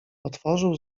otworzył